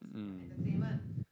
mm